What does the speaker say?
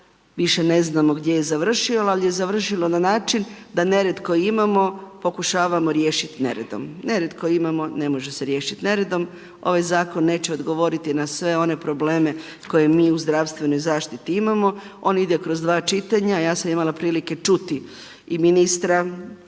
Više ne znamo gdje je završilo, ali je završilo na način da nered koji imamo pokušavamo riješiti neredom. Nered koji imamo, ne može se riješiti neredom. Ovaj zakon neće odgovoriti na sve one probleme koje mi u zdravstvenoj zaštiti imamo ono ide kroz dva čitanja, ja sam imala prilike čuti i ministra